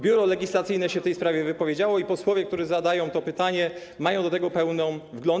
Biuro Legislacyjne się w tej sprawie wypowiedziało i posłowie, którzy zadają to pytanie, mają do tego pełny wgląd.